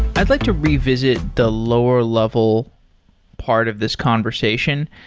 i'd like to revisit the lower-level part of this conversation.